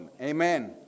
Amen